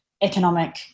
economic